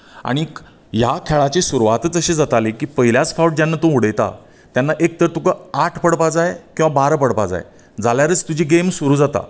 आनीक ह्या खेळांची सुरवातच तशें जाताली की पयल्याच फावट जेन्ना तूं उडयता तेन्ना एक तर तुका आठ पडपाक जाय किंवां बारा पडपाक जाय जाल्यारच तुजी गेम सुरू जाता